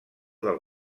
del